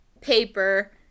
paper